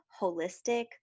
holistic